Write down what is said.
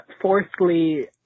Fourthly